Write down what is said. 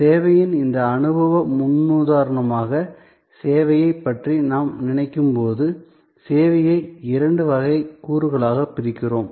சேவையின் இந்த அனுபவ முன்னுதாரணமான சேவையைப் பற்றி நாம் நினைக்கும் போது சேவையை இரண்டு வகை கூறுகளாகப் பிரிக்கிறோம்